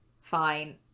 fine